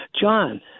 John